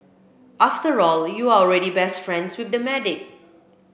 after all you're already best friends with the medic